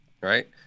right